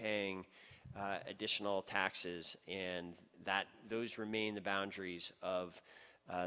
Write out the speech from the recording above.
paying additional taxes and that those remain the boundaries of